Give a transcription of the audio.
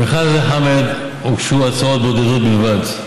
למכרז הזה, חמד, הוגשו הצעות בודדות בלבד.